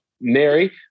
Mary